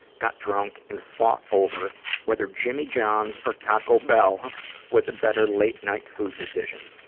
got drunk and fought over whether jimmy john's or taco bell was a better late-night food decision.